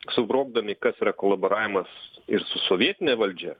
sugrobdami kas yra kolaboravimas ir su sovietine valdžia